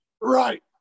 Right